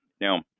Now